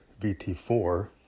VT4